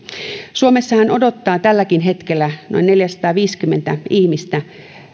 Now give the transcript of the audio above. suomessahan odottaa tälläkin hetkellä noin neljäsataaviisikymmentä ihmistä